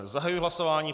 Zahajuji hlasování.